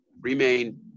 remain